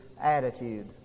attitude